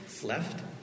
Left